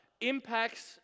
impacts